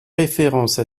référence